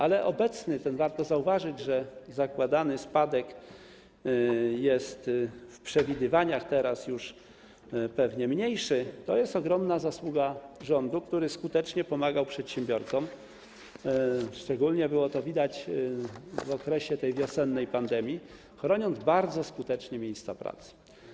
To, że obecny, co warto zauważyć, zakładany spadek jest w przewidywaniach teraz już pewnie mniejszy, to jest ogromna zasługa rządu, który skutecznie pomagał przedsiębiorcom, co szczególnie było to widać w okresie wiosennej pandemii, bardzo skutecznie chroniąc miejsca pracy.